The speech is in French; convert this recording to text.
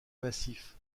massif